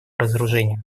разоружению